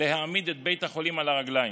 להעמיד את בית החולים על הרגליים.